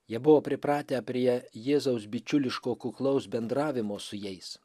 jie buvo pripratę prie jėzaus bičiuliško kuklaus bendravimo su jais